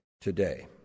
today